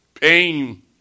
Pain